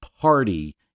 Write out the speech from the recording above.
party